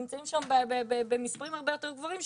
הם נמצאים שם במספרים הרבה יותר גבוהים,